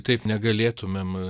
taip negalėtumėm